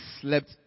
slept